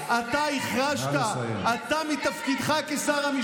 לא, אתה סיימת את זמנך.